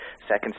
second